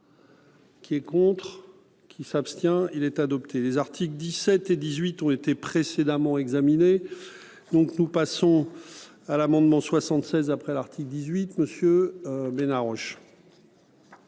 Qui est contre qui s'abstient il est adopté les articles 17 et 18 ont été précédemment examiner donc nous passons à l'amendement 76, après l'article 18 monsieur Bena.